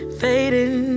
fading